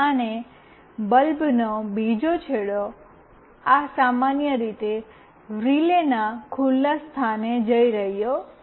અને બલ્બનો બીજો છેડો આ સામાન્ય રીતે રિલેના ખુલ્લા સ્થાને જઈ રહ્યો છે